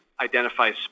identifies